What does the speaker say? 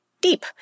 deep